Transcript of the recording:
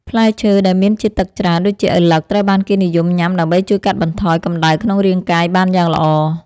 ផ្លែឈើដែលមានជាតិទឹកច្រើនដូចជាឪឡឹកត្រូវបានគេនិយមញ៉ាំដើម្បីជួយកាត់បន្ថយកម្តៅក្នុងរាងកាយបានយ៉ាងល្អ។